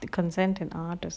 the consent and artist